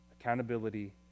accountability